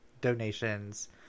donations